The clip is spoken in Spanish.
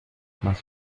más